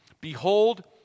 behold